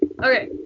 Okay